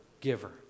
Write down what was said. giver